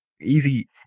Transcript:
Easy